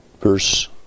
verse